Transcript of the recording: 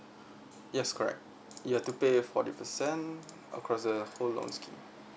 yes correct you have to pay forty percent across the whole long scheme